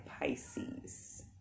Pisces